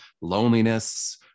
loneliness